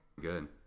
Good